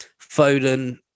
Foden